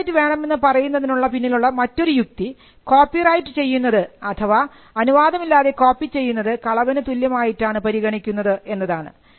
copyright വേണമെന്ന് പറയുന്നതിനുള്ള പിന്നിലുള്ള മറ്റൊരു യുക്തി കോപ്പി ചെയ്യുന്നത് അഥവാ അനുവാദമില്ലാതെ കോപ്പി ചെയ്യുന്നത് കളവിന് തുല്യം ആയിട്ടാണ് പരിഗണിക്കുന്നത് എന്നതാണ്